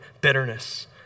bitterness